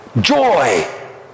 joy